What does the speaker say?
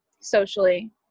socially